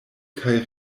kaj